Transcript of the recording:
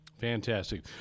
Fantastic